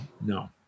no